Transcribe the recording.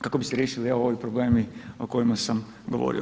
kako bi se riješili evo ovi problemi o kojima sam govorio.